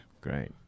Great